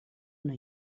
una